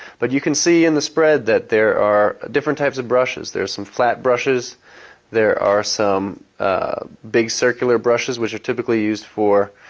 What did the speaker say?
but you can see in the spread that there are different types of brushes. there are some flat brushes there are some big circular brushes which are typically used for